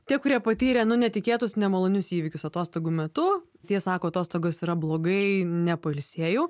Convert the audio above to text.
tie kurie patyrė nu netikėtus nemalonius įvykius atostogų metu tie sako atostogos yra blogai nepailsėjau